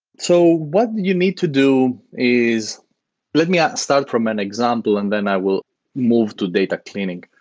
so what you need to do is let me ah start from an example and then i will move to data cleaning.